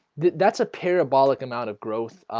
that's a parabolic amount of growth